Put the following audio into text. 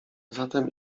zatem